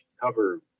cover